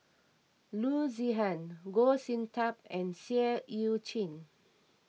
Loo Zihan Goh Sin Tub and Seah Eu Chin